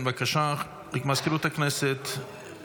הודעה למזכירות הכנסת, בבקשה.